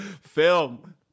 film